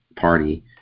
Party